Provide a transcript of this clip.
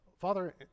Father